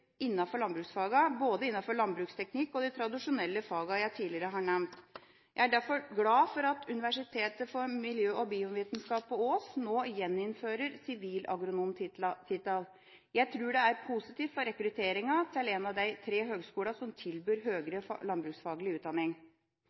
både innenfor landbruksteknikk og de tradisjonelle fagene jeg tidligere har nevnt. Jeg er derfor glad for at Universitetet for miljø- og biovitenskap på Ås nå gjeninnfører sivilagronomtittelen. Jeg tror det er positivt for rekrutteringa til en av de tre høgskolene som tilbyr høyere landbruksfaglig utdanning.